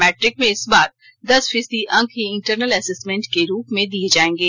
matric में इस बार दस फीसदी अंक ही इंटरनल एस्सेमेंट के रूप में दिए जाएंगे